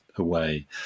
Away